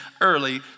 early